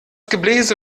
gebläse